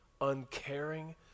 uncaring